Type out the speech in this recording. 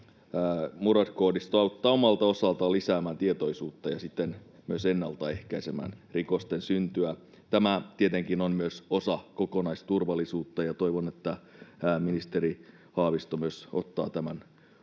Murad-koodisto auttaa omalta osaltaan lisäämään tietoisuutta ja siten myös ennaltaehkäisemään rikosten syntyä. Tämä tietenkin on myös osa kokonaisturvallisuutta, ja toivon, että ministeri Haavisto myös ottaa tämän